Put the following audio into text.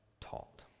taught